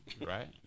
Right